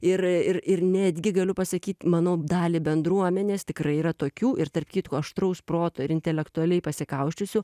ir ir ir netgi galiu pasakyt manau dalį bendruomenės tikrai yra tokių ir tarp kitko aštraus proto ir intelektualiai pasikausčiusių